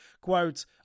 Quote